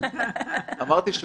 בביטחון מלא ומתוך